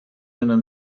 einer